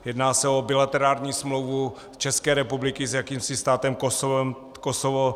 Jedná se o bilaterální smlouvu České republiky s jakýmsi státem Kosovo.